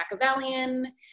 Machiavellian